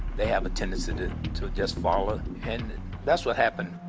they have a tendency to to just follow and that's what happened.